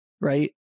Right